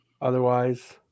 otherwise